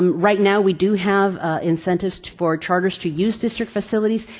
right now, we do have incentives for charters to use district facilities.